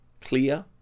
clear